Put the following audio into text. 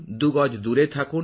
দুগজ দূরে থাকুন